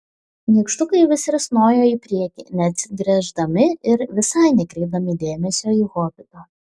nykštukai vis risnojo į priekį neatsigręždami ir visai nekreipdami dėmesio į hobitą